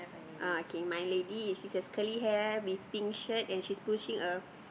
uh okay my lady is she has curly hair with pink shirt and she's pushing a